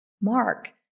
Mark